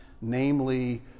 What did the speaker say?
namely